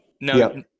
No